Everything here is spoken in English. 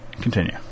Continue